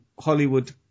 Hollywood